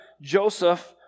Joseph